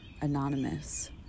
anonymous